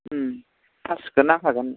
पासबुकखौ नांखागोन